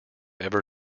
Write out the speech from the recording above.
ever